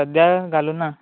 सद्या घालूंक ना